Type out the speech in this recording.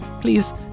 please